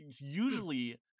usually